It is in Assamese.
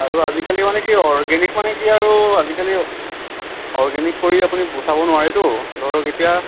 আৰু আজিকালি মানে কি অৰ্গেনিক মানে কি আৰু আজিকালি অৰ্গেনিক কৰি আপুনি বচাব নোৱাৰেটো ধৰক এতিয়া